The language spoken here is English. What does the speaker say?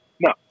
no